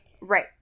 Right